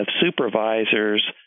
supervisors